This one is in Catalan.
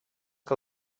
que